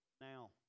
now